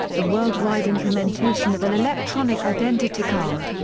the worldwide implementation of an electronic identity card.